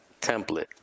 template